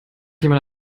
jemand